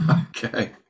Okay